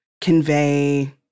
convey